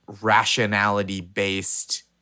rationality-based